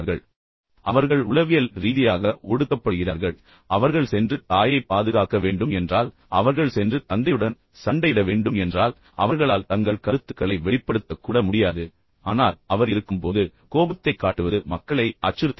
எனவே அவர்கள் உளவியல் ரீதியாக ஒடுக்கப்படுகிறார்கள் அவர்கள் சென்று தாயைப் பாதுகாக்க வேண்டும் என்றால் அவர்கள் சென்று தந்தையுடன் சண்டையிட வேண்டும் என்றால் அவர்களால் தங்கள் கருத்துக்களை வெளிப்படுத்த கூட முடியாது ஆனால் அவர் இருக்கும் போது கூட மற்றும் கூச்சல் மற்றும் கோபத்தைக் காட்டுவது கூட மக்களை அச்சுறுத்துகிறது